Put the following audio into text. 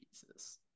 Jesus